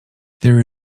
there